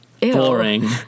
boring